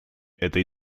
этой